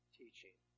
teaching